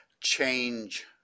change